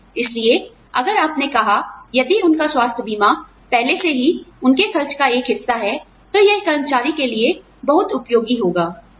इसलिए अगर आपने कहा यदि उनका स्वास्थ्य बीमा पहले से ही उनके खर्च का एक हिस्सा है तो यह कर्मचारी के लिए बहुत उपयोगी होगा ठीक है